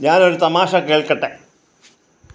ഞാനൊരു തമാശ കേൾക്കട്ടെ